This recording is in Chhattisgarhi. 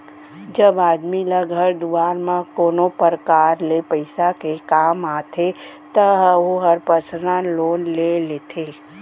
जब आदमी ल घर दुवार म कोनो परकार ले पइसा के काम आथे त ओहर पर्सनल लोन ले लेथे